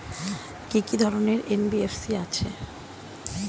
কি কি ধরনের এন.বি.এফ.সি আছে?